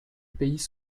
pays